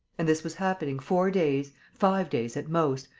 and this was happening four days, five days at most,